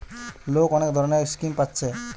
লোক অনেক ধরণের স্কিম পাচ্ছে